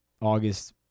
August